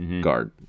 guard